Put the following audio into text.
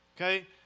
okay